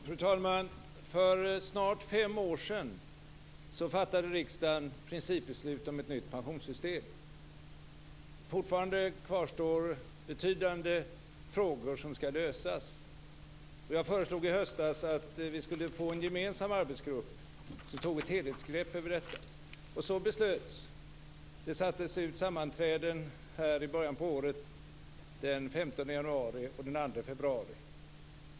Fru talman! För snart fem år sedan fattade riksdagen principbeslut om ett nytt pensionssystem. Fortfarande kvarstår betydande frågor som skall lösas. Jag föreslog i höstas att vi skulle få en gemensam arbetsgrupp som tog ett helhetsgrepp över detta. Så beslutades också. Det sattes ut sammanträden i början på året, den 15 januari och den 2 februari.